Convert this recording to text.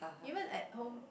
even at home